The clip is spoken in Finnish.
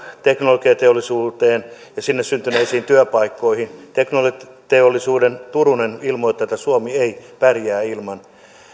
teknologiateollisuuteen ja sinne syntyneisiin työpaikkoihin teknologiateollisuuden turunen ilmoittaa että suomi ei pärjää ilman